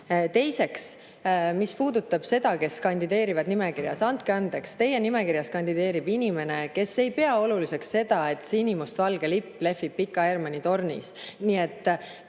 Teiseks, mis puudutab seda, kes kandideerivad nimekirjas, siis andke andeks, teie nimekirjas kandideerib inimene, kes ei pea oluliseks seda, et sinimustvalge lipp lehvib Pika Hermanni tornis.